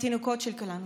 התינוקות של כולנו.